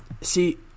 see